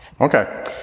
Okay